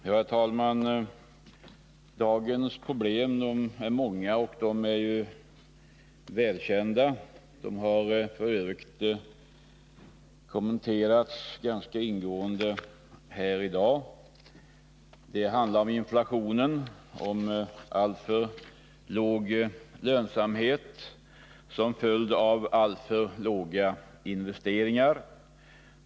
Herr talman! Dagens problem är många och välkända. De har f.ö. kommenterats ganska ingående här i dag. Det handlar om inflationen. om alltför låg lönsamhet och som följd därav alltför låga investeringar.